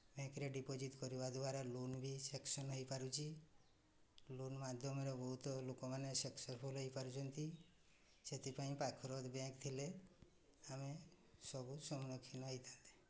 ବ୍ୟାଙ୍କ୍ରେ ଡିପୋଜିଟ୍ କରିବା ଦ୍ୱାରା ଲୋନ୍ ବି ସାଂକ୍ସନ୍ ହୋଇପାରୁଛି ଲୋନ୍ ମାଧ୍ୟମରେ ବହୁତ ଲୋକମାନେ ସକ୍ସେସ୍ଫୁଲ୍ ହୋଇପାରୁଛନ୍ତି ସେଥିପାଇଁ ପାଖରେ ବ୍ୟାଙ୍କ୍ ଥିଲେ ଆମେ ସବୁ ସମ୍ମୁଖୀନ ହୋଇଥାନ୍ତି